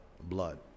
blood